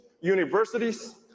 universities